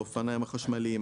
האופניים החשמליים,